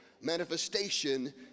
manifestation